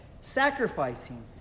Sacrificing